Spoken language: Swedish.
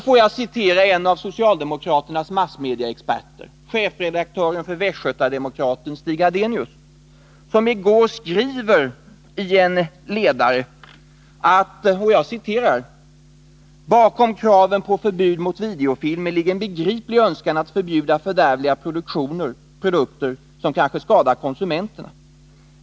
Låt mig citera en av socialdemokraternas massmediaexperter, chefredak skriver följande: Fredagen den ”Bakom kraven på förbud mot videofilmer ligger en begriplig önskan att förbjuda fördärvliga produkter som kanske skadar konsumenterna.